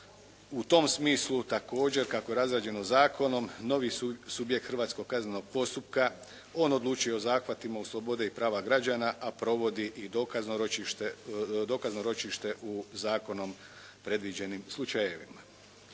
u tom smislu također kako je razrađeno zakonom, novi subjekt hrvatskog kaznenog postupka on odlučuje o zahvatima slobode i prava građana, a provodi i dokazno ročište u zakonom predviđenim slučajevima.